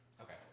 Okay